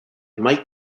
mike